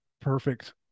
perfect